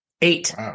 Eight